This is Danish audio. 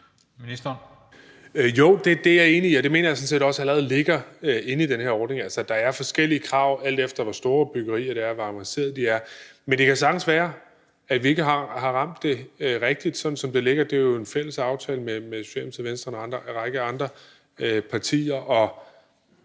Bek): Jo, det er jeg enig i, og det mener jeg sådan set også allerede ligger i den her ordning, altså at der er forskellige krav, alt efter hvor store byggerier det er, og hvor avancerede de er. Men det kan sagtens være, at vi ikke har ramt det rigtigt, sådan som det ligger – det er jo en fælles aftale mellem Socialdemokratiet, Venstre og en række andre partier.